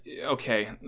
Okay